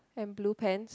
and blue pants